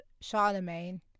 Charlemagne